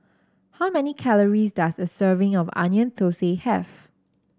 how many calories does a serving of Onion Thosai have